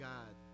God